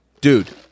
dude